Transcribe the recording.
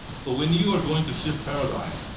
so when you are going to shift paradigm,